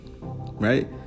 right